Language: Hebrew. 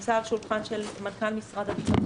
נמצאת על שולחנו של מנכ"ל משרד הביטחון